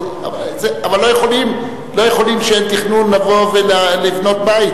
אבל לא יכולים כשאין תכנון לבוא ולבנות בית.